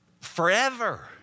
forever